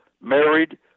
married